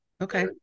Okay